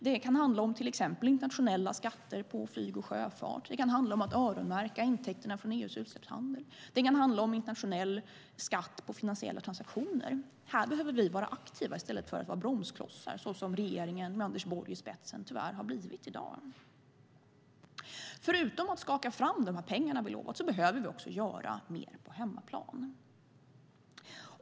Det kan till exempel handla om internationella skatter på flyg och sjöfart, det kan handla om att öronmärka intäkterna från EU:s utsläppshandel och det kan handla om internationell skatt på finansiella transaktioner. Här behöver vi vara aktiva i stället för att vara bromsklossar, som regeringen med Anders Borg i spetsen tyvärr har blivit i dag. Förutom att skaka fram de pengar vi har lovat behöver vi göra mer på hemmaplan.